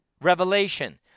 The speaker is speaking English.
Revelation